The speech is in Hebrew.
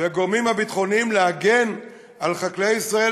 והגורמים הביטחוניים להגן על חקלאי ישראל